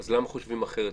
אז למה חושבים אחרת?